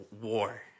war